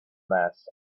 mass